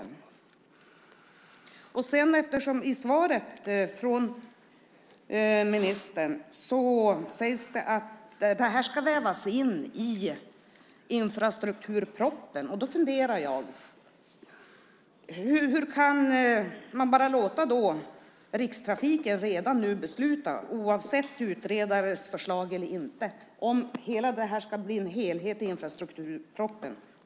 I sitt svar säger ministern att detta ska vävas in i infrastrukturpropositionen. Därför undrar jag hur man kan låta Rikstrafiken redan nu, oavsett om utredarens förslag finns eller inte, avgöra om detta ska ingå i en helhet i infrastrukturpropositionen.